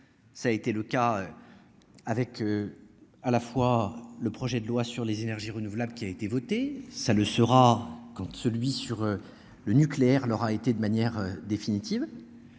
Ça a été le cas. Avec. À la fois le projet de loi sur les énergies renouvelables qui a été voté, ça le sera quand celui sur le nucléaire, l'aura été de manière définitive.